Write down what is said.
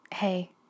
Hey